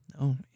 no